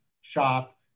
shop